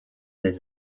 des